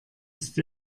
ist